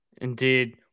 Indeed